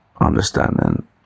understanding